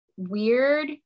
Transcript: weird